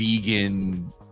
vegan